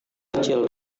kecil